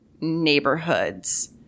neighborhoods